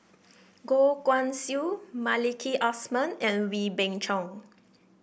Goh Guan Siew Maliki Osman and Wee Beng Chong